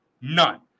None